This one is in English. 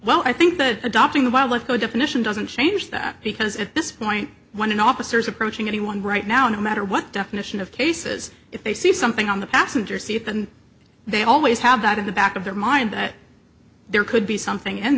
well i think the adopting the wildlife definition doesn't change that because at this point when an officer is approaching anyone right now no matter what definition of cases if they see something on the passenger seat and they always have that in the back of their mind that there could be something in